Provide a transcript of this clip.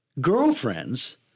girlfriends